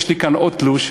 יש לי כאן עוד תלוש,